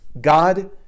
God